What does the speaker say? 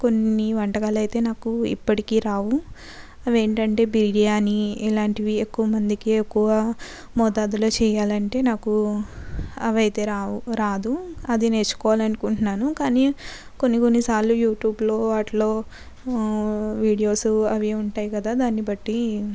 కొన్ని వంటకాలు అయితే నాకు ఇప్పటికీ రావు అవేంటంటే బిర్యానీ ఇలాంటివి ఎక్కువ మందికి ఎక్కువగా మోతాజులో చేయాలంటే నాకు అవి అయితే రావు రాదు అది నేర్చుకోవాలి అనుకుంటున్నాను కానీ కొన్ని కొన్ని సార్లు యూట్యూబ్లో వాటిలో వీడియోస్ అవి ఉంటాయి కదా దాన్ని బట్టి